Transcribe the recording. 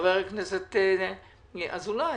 חבר הכנסת אזולאי,